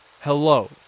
hello